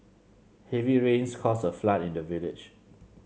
heavy rains caused a flood in the village